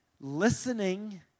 Listening